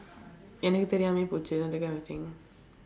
எனக்கு தெரியாமலே போச்சு:enakku theriyaamalee poochsu that kind of thing